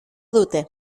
dute